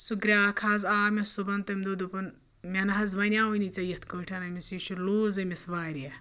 سُہ گرٛاکھ حظ آو مےٚ صُبحن تٔمۍ دوٚپ دوٚپُن مےٚ نہ حظ وَنیو وٕے نہٕ ژےٚ یَتھ کٲٹھۍ أمِس یہِ چھِ لوٗز أمِس واریاہ